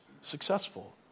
successful